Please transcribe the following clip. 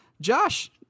Josh